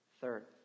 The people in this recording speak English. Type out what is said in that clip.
Third